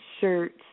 shirts